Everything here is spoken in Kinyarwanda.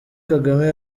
kagame